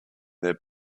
their